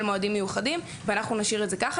מועדים מיוחדים ואנחנו נשאיר את זה ככה,